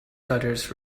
cutters